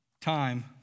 time